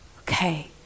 Okay